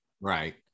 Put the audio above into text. right